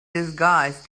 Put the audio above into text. disguised